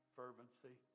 fervency